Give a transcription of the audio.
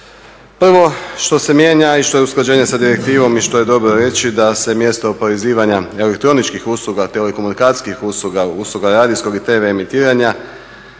Prvo što se mijenja i što je usklađenje sa direktivom i što je dobro reći da se mjesto oporezivanja elektroničkih usluga, telekomunikacijskih usluga, usluga radijskog i tv emitiranja